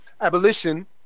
abolition